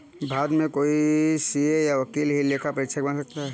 भारत में कोई सीए या वकील ही लेखा परीक्षक बन सकता है